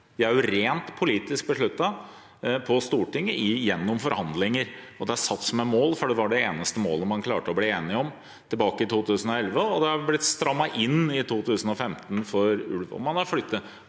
De er jo rent politisk besluttet på Stortinget gjennom forhandlinger. De er satt som mål fordi det var de eneste målene man klarte å bli enige om tilbake i 2011, og det ble strammet inn i 2015 for ulv.